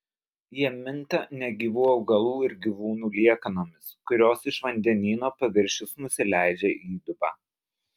jie minta negyvų augalų ir gyvūnų liekanomis kurios iš vandenyno paviršiaus nusileidžia į įdubą